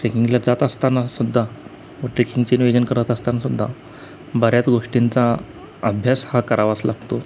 ट्रेकिंगला जात असताना सुद्धा व ट्रेकिंगचे नियोजन करत असतानासुद्धा बऱ्याच गोष्टींचा अभ्यास हा करावाच लागतो